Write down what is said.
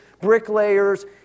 bricklayers